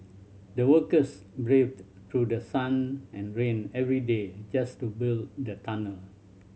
the workers braved through the sun and rain every day just to build the tunnel